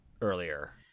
earlier